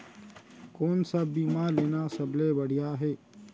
कोन स बीमा लेना सबले बढ़िया हे?